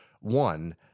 One